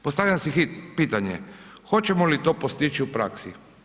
Postavljam si pitanje, hoćemo li to postići u praski?